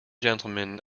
gentlemen